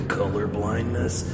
colorblindness